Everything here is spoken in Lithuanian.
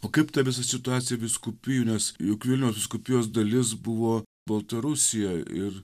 o kaip ta visa situacija vyskupijų nes juk vilniaus vyskupijos dalis buvo baltarusija ir